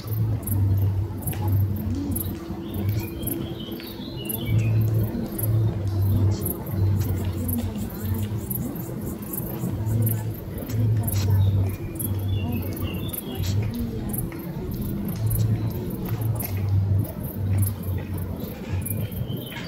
Mimea iliyochipua na kuota kwa rangi ya kijani kibichi, katika vyombo maalumu vilivyopangiliwa katika safu zilizonyooka, kuashiria ni kilimo cha mbegu.